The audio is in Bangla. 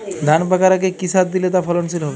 ধান পাকার আগে কি সার দিলে তা ফলনশীল হবে?